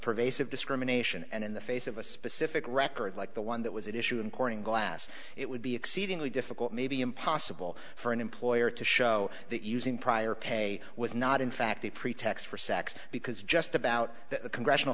pervasive discrimination and in the face of a specific record like the one that was issued in corning glass it would be exceedingly difficult maybe impossible for an employer to show that using prior pay was not in fact a pretext for sex because just about a congressional